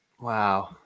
Wow